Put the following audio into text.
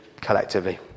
collectively